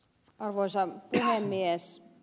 arvoisa puhemies